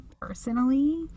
personally